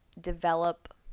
develop